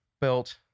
built